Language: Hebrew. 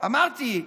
אמרתי: